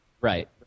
Right